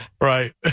Right